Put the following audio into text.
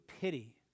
pity